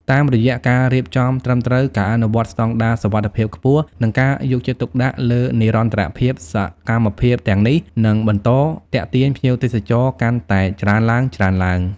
តាមរយៈការរៀបចំត្រឹមត្រូវ ការអនុវត្តស្តង់ដារសុវត្ថិភាពខ្ពស់ និងការយកចិត្តទុកដាក់លើនិរន្តរភាព សកម្មភាពទាំងនេះនឹងបន្តទាក់ទាញភ្ញៀវទេសចរកាន់តែច្រើនឡើងៗ។